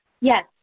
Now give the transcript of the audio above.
Yes